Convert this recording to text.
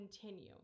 continue